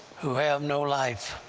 who have no life.